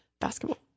basketball